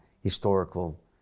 historical